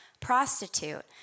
prostitute